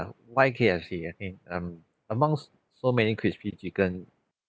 why K_F_C I mean um amongst so many crispy chicken